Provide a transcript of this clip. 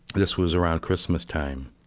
this was around christmastime.